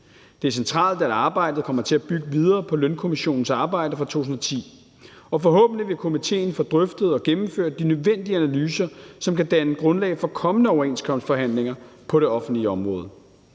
Det er centralt, at arbejdet kommer til at bygge videre på Lønkommissionens arbejde fra 2010, og forhåbentlig vil komitéen få drøftet og gennemført de nødvendige analyser, som kan danne grundlag for kommende overenskomstforhandlinger på det offentlige område.